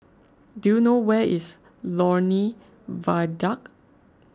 do you know where is Lornie Viaduct